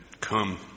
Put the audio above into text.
come